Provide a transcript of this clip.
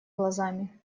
глазами